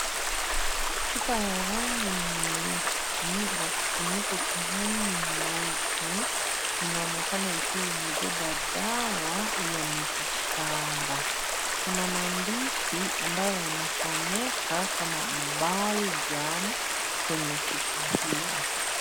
Chupa ya rangi nyeusi na kifuniko cha rangi nyeupe, inaonekana ikiwa imebeba dawa ya mitishamba. Kuna maandishi ambayo yanasomeka kama Baljaam kwenye chupa hiyo.